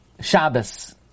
Shabbos